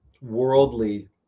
worldly